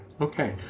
Okay